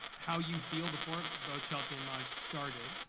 how you feel before both chelsea and maj started.